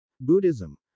Buddhism